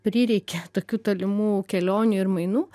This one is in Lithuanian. prireikia tokių tolimų kelionių ir mainų